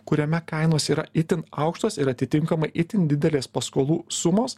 kuriame kainos yra itin aukštos ir atitinkamai itin didelės paskolų sumos